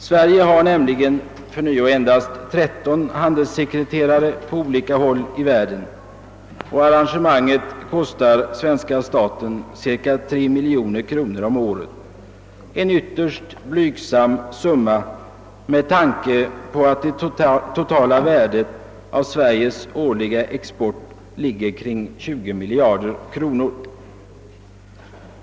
Sverige har för närvarande endast 13 handelssekreterare på olika håll i världen, och detta arrangemang kostar svenska staten cirka 3 miljoner kronor om året, en ytterst blygsam summa med tanke på att det totala värdet av Sveriges årliga export ligger på omkring 20 miljarder kronor.